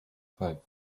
five